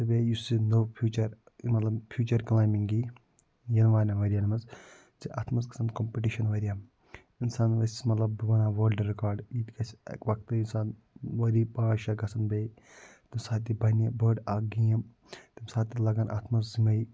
تہٕ بیٚیہِ یُس یہِ نوٚو فیوچَر کلایمبِنٛگ یی یِنہٕ والیٚن ؤرین مَنٛز چھ اتھ مَنٛز گَژھان کَمپِٹِشَن واریاہ اِنسان ویٚژھِ مَطلَب بہٕ بَناو وٲلڈٕ رِکارڈ یہِ تہِ گَژھِ اَکہِ وَکھتہٕ اِنسان ؤری پانٛژ شےٚ گَژھَن بیٚیہِ تمہ ساتہٕ بَنہِ یہِ بٔڑ اکھ گیم تمہ ساتہٕ لَگَن اتھ مَنٛز یمے